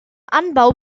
anbau